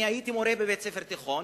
אני הייתי מורה בבית-ספר תיכון,